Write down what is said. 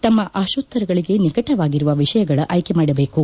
ತಮ್ಮ ಆಶೋತ್ತರಗಳಿಗೆ ನಿಕಟವಾಗಿರುವ ವಿಷಯಗಳನ್ನು ಆಯ್ಕೆ ಮಾಡಿಕೊಳ್ಳಬೇಕು